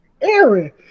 Aaron